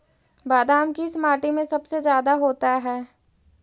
बादाम किस माटी में सबसे ज्यादा होता है?